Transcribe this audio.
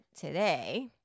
today